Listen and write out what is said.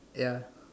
ya